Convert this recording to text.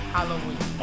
Halloween